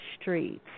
streets